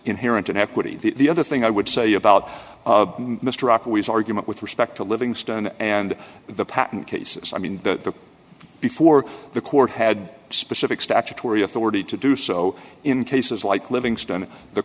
inherent in equity the other thing i would say about mr aqui is argument with respect to livingstone and the patent cases i mean the before the court had specific statutory authority to do so in cases like livingstone the